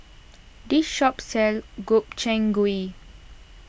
this shop sells Gobchang Gui